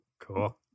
cool